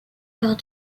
lors